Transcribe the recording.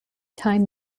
time